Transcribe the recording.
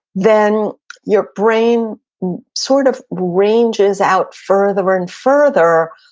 then your brain sort of ranges out further and further,